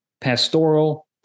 pastoral